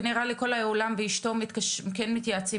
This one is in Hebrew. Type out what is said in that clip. ונראה לי כל העולם ואשתו כן מתייעצים